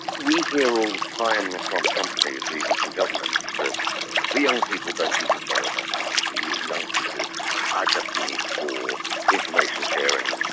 we hear all the time from companies and even from governments that the young people don't even care about privacy, young people are just in it for information sharing,